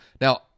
Now